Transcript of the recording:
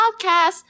podcast